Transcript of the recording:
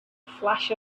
flash